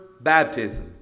baptism